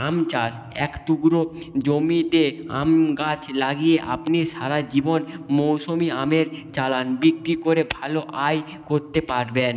আম চাষ এক টুকরো জমিতে আম গাছ লাগিয়ে আপনি সারা জীবন মৌসুমি আমের চালান বিক্রি করে ভালো আয় করতে পারবেন